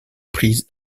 prise